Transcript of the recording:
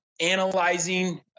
analyzing